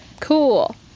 Cool